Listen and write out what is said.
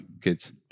kids